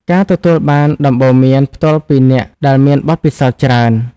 ការទទួលបានដំបូន្មានផ្ទាល់ពីអ្នកដែលមានបទពិសោធន៍ច្រើន។